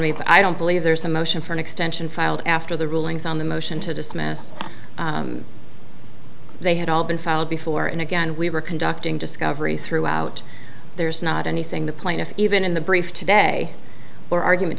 r me but i don't believe there's a motion for an extension filed after the rulings on the motion to dismiss they had all been filed before and again we were conducting discovery throughout there's not anything the plaintiff even in the brief today or argument